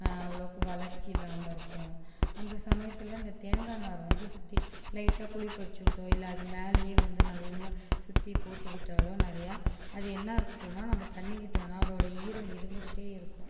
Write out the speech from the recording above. அவ்வளோக்கு வளர்ச்சி இல்லாமல் இருக்கும் அந்த சமயத்தில் இந்த தேங்காய் நார் வந்து சுற்றி லைட்டாக குழி பறிச்சிகிட்டோ இல்லை அதுமேலேயோ வந்து நல்லா சுற்றி போட்டு விட்டோளோ நிறயா அது என்ன இருக்கும்னா நம்ம தண்ணிவிட்டோம்னா அதோடய ஈரம் இருந்துகிட்டே இருக்கும்